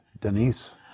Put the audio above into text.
Denise